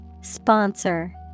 Sponsor